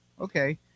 Okay